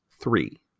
three